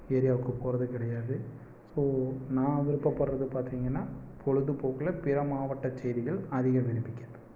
ஏரியாவுக்கு போகறது கிடையாது ஸோ நான் விருப்பப்படுறது பார்த்தீங்கன்னா பொழுதுபோக்கில் பிற மாவட்டச் செய்திகள் அதிகம் விரும்பி கேட்பேன்